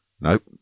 Nope